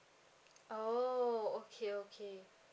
oh okay okay